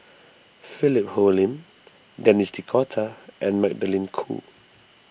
Philip Hoalim Denis D'Cotta and Magdalene Khoo